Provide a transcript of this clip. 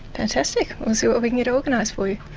fantastic, we'll see what we can get organised for you.